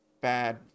bad